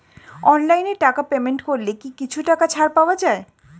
অনলাইনে টাকা পেমেন্ট করলে কি কিছু টাকা ছাড় পাওয়া যায়?